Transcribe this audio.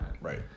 Right